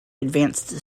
advanced